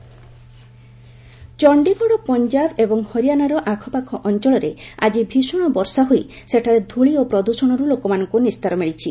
Chandigarh rain Chandigarh ଓ ପଞ୍ଜାବ ଏବଂ ହରିଆନାର ଆଖାପାଖ ଅଞ୍ଚଳରେ ଆଜି ଭୀଷଣ ବର୍ଷା ହୋଇ ସେଠାରେ ଧୂଳି ଓ ପ୍ରଦୂଷଣରୁ ଲୋକମାନଙ୍କୁ ନିସ୍ତାର ମିଳିଛି